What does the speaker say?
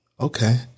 Okay